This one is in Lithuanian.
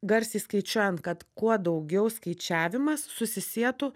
garsiai skaičiuojant kad kuo daugiau skaičiavimas susisietų